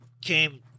Came